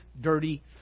dirty